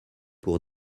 pour